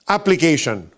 Application